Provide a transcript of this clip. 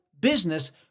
business